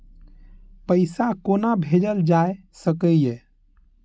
पैसा कोना भैजल जाय सके ये